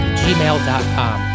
gmail.com